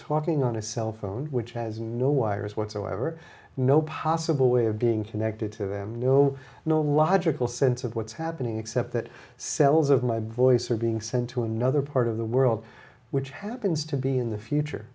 talking on a cell phone which has no wires whatsoever no possible way of being connected to them no no logical sense of what's happening except that cells of my voice are being sent to another part of the world which happens to be in the future